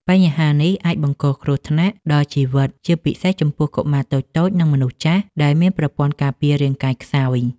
បញ្ហានេះអាចបង្កគ្រោះថ្នាក់ដល់ជីវិត ជាពិសេសចំពោះកុមារតូចៗ និងមនុស្សចាស់ ដែលមានប្រព័ន្ធការពាររាងកាយខ្សោយ។